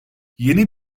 yeni